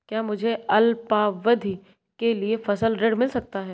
क्या मुझे अल्पावधि के लिए फसल ऋण मिल सकता है?